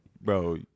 bro